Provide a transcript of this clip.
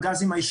אנחנו